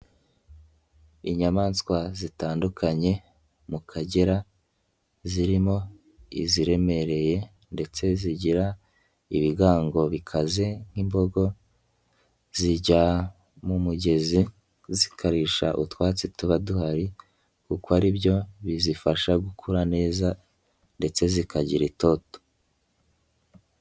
Inyamaswa zitandukanye mu Kagera zirimo iziremereye ndetse zigira ibigango bikaze nk'imbogo zijya mu mugezi zikarisha utwatsi tuba duhari kuko ari byo bizifasha gukura neza ndetse zikagira itoto.